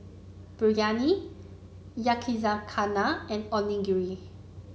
Biryani Yakizakana and Onigiri